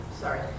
Sorry